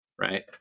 Right